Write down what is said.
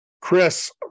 Chris